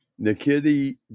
Nikiti